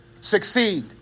succeed